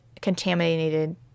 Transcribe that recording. contaminated